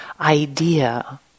idea